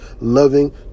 loving